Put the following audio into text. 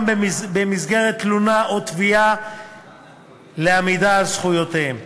במסגרת תלונה או תביעה לעמידה על זכויותיהם,